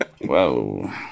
whoa